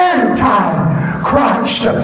anti-Christ